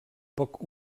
poc